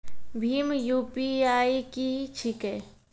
भीम UPI की छीके?